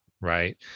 Right